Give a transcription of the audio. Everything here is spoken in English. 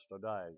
today